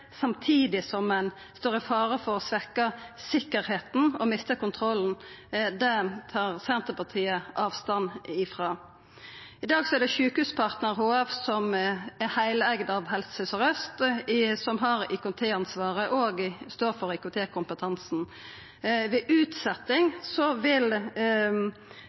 samtidig som ein står i fare for å svekkja tryggleiken og mista kontrollen – tek Senterpartiet avstand frå. I dag er det Sykehuspartner HF – som er heileigd av Helse Sør-Aust – som har IKT-ansvaret og står for IKT-kompetansen. Ved utsetjing av fagmiljøa vil